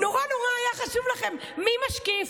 נורא היה חשוב לכם מי משקיף,